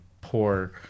poor